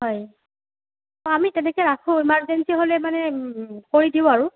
হয় অঁ আমি তেনেকৈ ৰাখোঁ ইমাৰ্জেঞ্চী হ'লে মানে কৰি দিওঁ আৰু